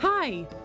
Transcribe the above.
Hi